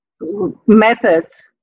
methods